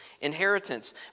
inheritance